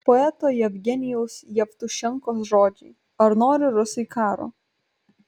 poeto jevgenijaus jevtušenkos žodžiai ar nori rusai karo